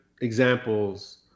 examples